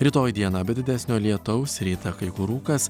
rytoj dieną be didesnio lietaus rytą kai kur rūkas